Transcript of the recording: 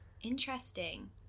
interesting